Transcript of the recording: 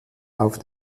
auf